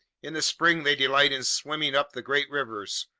in the spring they delight in swimming up the great rivers,